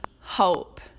hope